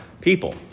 people